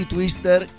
Twister